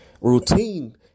routine